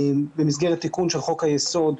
במסגרת תיקון של חוק היסוד,